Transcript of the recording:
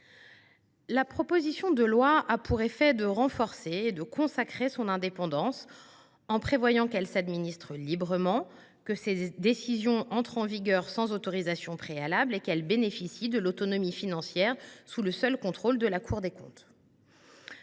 La proposition de loi a pour effet de renforcer et de consacrer l’indépendance de cette académie, en prévoyant que celle ci s’administre librement, que ses décisions entrent en vigueur sans autorisation préalable et qu’elle bénéficie de l’autonomie financière sous le seul contrôle de la Cour des comptes,